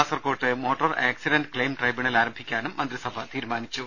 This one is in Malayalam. കാസർക്കോട്ട് മോട്ടോർ ആക്സിഡന്റ് ക്ലെയിം ട്രൈബ്യൂണൽ ആരംഭിക്കാനും മന്ത്രിസഭ തീരുമാനിച്ചു